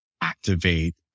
activate